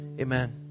Amen